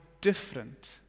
different